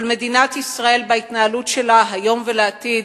אבל מדינת ישראל בהתנהלות שלה היום ולעתיד